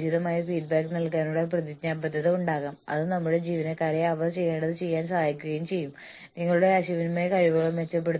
plant wide പ്ലാനുകൾ മുഴുവൻ പ്ലാന്റിന്റെയും യൂണിറ്റിന്റെയും പ്രകടനത്തെ അടിസ്ഥാനമാക്കി